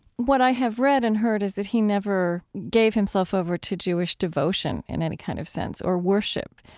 what i have read and heard is that he never gave himself over to jewish devotion in any kind of sense or worship.